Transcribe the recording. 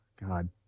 God